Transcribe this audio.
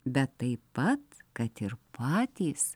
bet taip pat kad ir patys